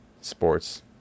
sports